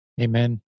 Amen